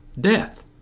Death